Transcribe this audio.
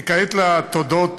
וכעת תודות